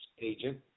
agent